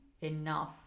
enough